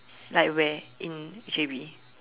like where in J_B